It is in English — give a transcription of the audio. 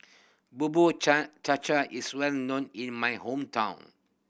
Bubur Cha Cha cha is well known in my hometown